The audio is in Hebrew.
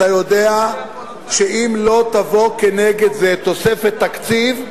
אתה יודע שאם לא תבוא כנגד זה תוספת תקציב,